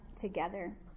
together